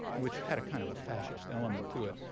which had a kind of a fascist element to it,